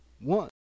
one